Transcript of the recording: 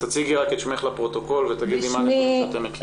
תציגי את עצמך לפרוטוקול ותגידי מה הנתונים שאתם מכירים.